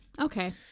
Okay